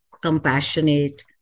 compassionate